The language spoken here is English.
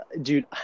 dude